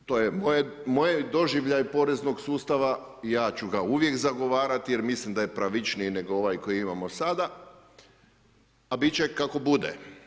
No, to je moj doživljaj poreznog sustava i ja ću ga uvijek zagovarati i mislim da je pravičnije, nego ovaj koji imamo sada, a biti će kako bude.